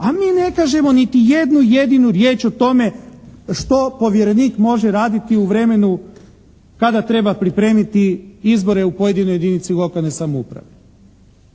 a mi ne kažemo niti jednu jedinu riječ o tome što povjerenik može raditi u vremenu kada treba pripremiti izbore u pojedinoj jedinici lokalne samouprave.